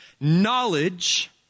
Knowledge